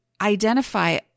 identify